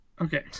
Okay